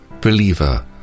Believer